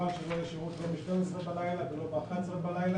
כמובן שלא יהיה שירות לא ב-12 בלילה ולא ב-11 בלילה,